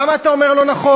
למה אתה אומר "לא נכון"?